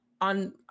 on